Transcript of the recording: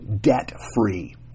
debt-free